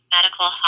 Medical